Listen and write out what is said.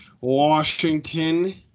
Washington